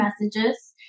messages